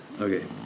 Okay